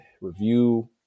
review